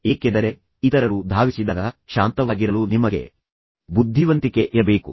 ಏಕೆಂದರೆ ಇತರರು ಧಾವಿಸಿದಾಗ ಶಾಂತವಾಗಿರಲು ನಿಮಗೆ ಬುದ್ಧಿವಂತಿಕೆ ಇರಬೇಕು